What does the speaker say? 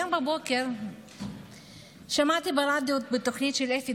היום בבוקר שמעתי ברדיו בתוכנית של אפי